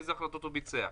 איזה החלטות הוא ביצע.